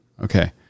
okay